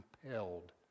compelled